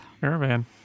caravan